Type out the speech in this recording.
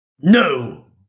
no